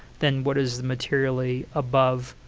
then what is materially above